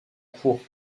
cours